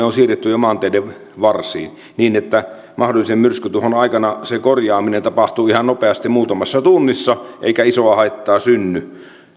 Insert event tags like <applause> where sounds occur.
<unintelligible> on siirretty jo maanteiden varsiin jos vähänkin on mahdollista ollut niin että mahdollisen myrskytuhon aikana se korjaaminen tapahtuu ihan nopeasti muutamassa tunnissa eikä isoa haittaa synny